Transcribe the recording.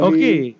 Okay